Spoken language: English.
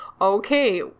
okay